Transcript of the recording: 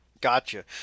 Gotcha